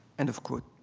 end of quote.